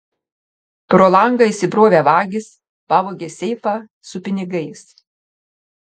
pro langą įsibrovę vagys pavogė seifą su pinigais